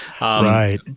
Right